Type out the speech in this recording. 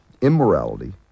immorality